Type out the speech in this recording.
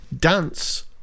dance